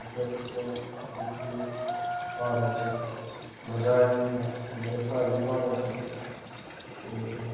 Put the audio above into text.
अग्गें पिच्छे दिक्खने ई प्हाड़ें च मज़ा आई जंदा ते मेरे घर ई प्हाड़ें च न ते